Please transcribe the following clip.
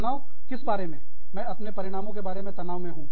तनाव किस बारे में मैं अपने परिणामों के बारे में तनाव में हूँ